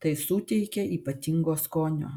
tai suteikia ypatingo skonio